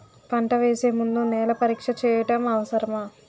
పంట వేసే ముందు నేల పరీక్ష చేయటం అవసరమా?